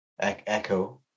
Echo